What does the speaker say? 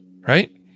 right